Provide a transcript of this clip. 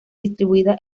distribuida